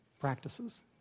practices